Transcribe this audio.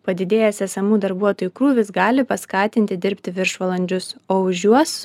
padidėjęs esamų darbuotojų krūvis gali paskatinti dirbti viršvalandžius o už juos